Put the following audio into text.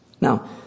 Now